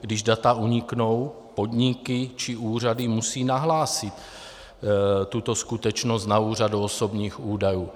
Když data uniknou, podniky či úřady musí nahlásit tuto skutečnost na úřadu osobních údajů.